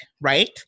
right